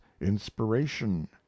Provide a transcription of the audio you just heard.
inspiration